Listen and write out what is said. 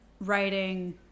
writing